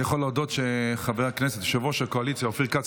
אני יכול להודות שיושב-ראש הקואליציה אופיר כץ